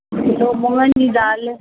kilo मुङनि जी दाल